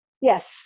Yes